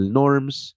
norms